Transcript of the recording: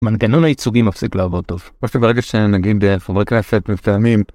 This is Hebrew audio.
מנגנון הייצוגי מפסיק לעבוד טוב. פשוט ברגע שנוגעים לחברי כנסת מפתעמים.